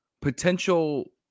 potential